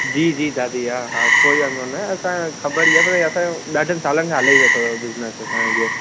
जी जी दादी हा हा कोई वांदो न आहे असां ख़बर ई आहे पर असांजो ॾाढे सालनि खां हले वेठो बिजनिस असांजो इहो